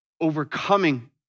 overcoming